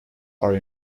are